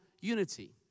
unity